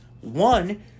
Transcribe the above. one